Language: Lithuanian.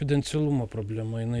konfidencialumo problema jinai